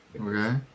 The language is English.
Okay